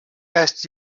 asked